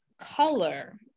color